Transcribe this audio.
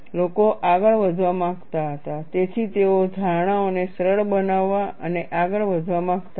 લોકો આગળ વધવા માંગતા હતા તેથી તેઓ ધારણાઓને સરળ બનાવવા અને આગળ વધવા માંગતા હતા